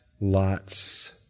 lots